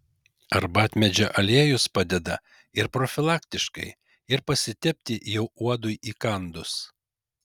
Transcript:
arbatmedžio aliejus padeda ir profilaktiškai ir pasitepti jau uodui įkandus